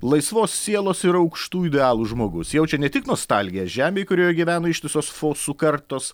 laisvos sielos ir aukštų idealų žmogus jaučia ne tik nostalgiją žemei kurioje gyveno ištisos fosų kartos